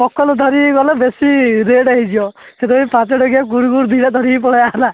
popcorn ଧରିକି ଗଲେ ବେଶି ରେଡ଼ ହେଇଯିବ ସିଏ କହିବେ ପାଞ୍ଚ ଟଙ୍କିଆ ଦୁଇଟା କୁରକୁରେ ଧରିକି ପାଳିଆ ହେଲା